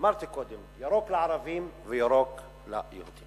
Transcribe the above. אמרתי קודם: ירוק לערבים וירוק לעיר.